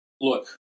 look